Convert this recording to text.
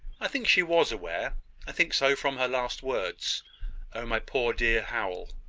i think she was aware i think so from her last words oh, my poor dear howell